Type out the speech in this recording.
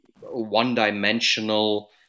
one-dimensional